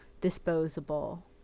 disposable